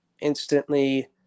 instantly